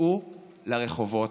צאו לרחובות.